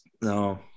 no